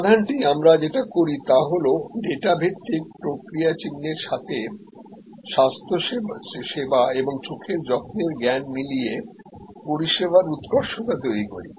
সমাধানটি আমরা যেটি করি তা হল ডাটা ভিত্তিক প্রক্রিয়াচিহ্নের সাথে স্বাস্থ্যসেবা এবং চোখের যত্নের জ্ঞান মিলিয়ে পরিষেবার উৎকর্ষতা তৈরি করি